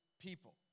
people